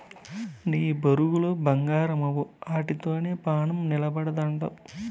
నీ బొరుగులు బంగారమవ్వు, ఆటితోనే పానం నిలపతండావ్